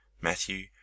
matthew